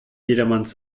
jedermanns